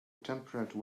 temperate